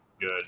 good